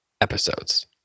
episodes